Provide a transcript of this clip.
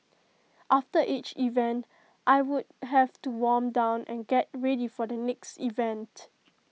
after each event I would have to warm down and get ready for the next event